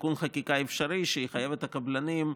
תיקון חקיקה אפשרי שיחייב את הקבלנים,